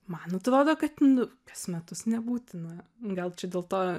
man atrodo nu kas metus nebūtina gal čia dėl to